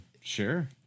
Sure